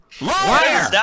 Liar